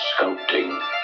sculpting